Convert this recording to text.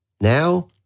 Now